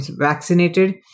vaccinated